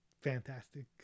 fantastic